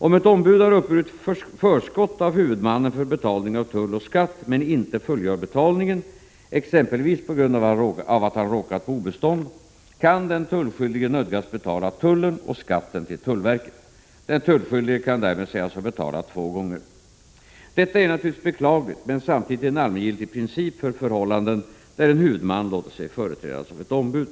Om ett ombud har uppburit förskott av huvudmannen för betalning av tull och skatt men inte fullgör betalningen — exempelvis på grund av att han råkat på obestånd — kan den tullskyldige nödgas betala tullen och skatten till tullverket. Den tullskyldige kan därmed sägas ha betalat två gånger. Detta är naturligtvis beklagligt men samtidigt en allmängiltig princip för förhållanden där en huvudman låter sig företrädas av ett ombud.